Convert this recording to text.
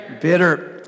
Bitter